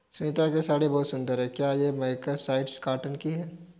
सुनीता की साड़ी बहुत सुंदर है, क्या ये मर्सराइज्ड कॉटन की है?